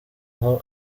aho